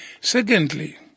Secondly